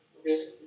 Okay